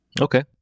Okay